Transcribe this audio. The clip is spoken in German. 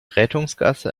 rettungsgasse